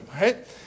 right